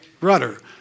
rudder